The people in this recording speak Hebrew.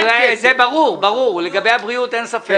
זה ברור, ברור, לגבי הבריאות אין ספק.